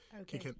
okay